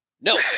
No